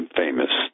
famous